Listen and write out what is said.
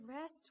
rest